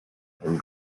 and